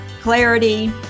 clarity